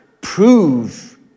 prove